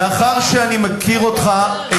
חבר הכנסת בר-און, מאחר שאני מכיר אותך היטב,